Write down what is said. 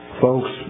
Folks